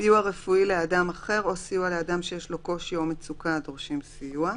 סיוע רפואי לאדם אחר או סיוע לאדם שיש לו קושי או מצוקה הדורשים סיוע,